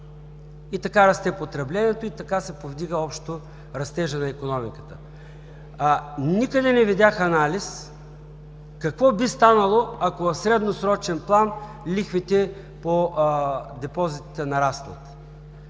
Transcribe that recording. и така расте потреблението, така се повдига общо растежът на икономиката. Никъде не видях анализ: какво би станало, ако в средносрочен план лихвите по депозитите нарастват?